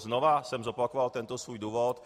Znovu jsem zopakoval tento svůj důvod.